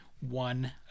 one